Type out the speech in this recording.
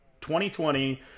2020